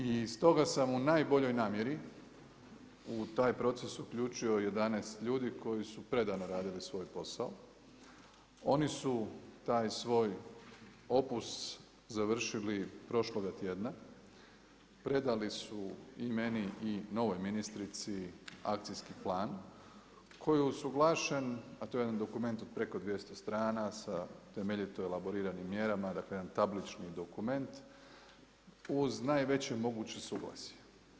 I stoga sam u najboljoj namjeri u taj proces uključio 11 ljudi koji su predano radili svoj posao, oni su taj svoj opus završili prošloga tjedna, predali su i meni i novoj ministrici akcijski plan koji je usuglašen, a to je jedan dokument od preko 200 strana, sa temeljito elaboriranim mjerama, dakle jedan tablični dokument, uz najveće moguće suglasje.